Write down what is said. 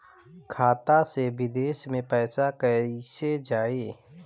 खाता से विदेश मे पैसा कईसे जाई?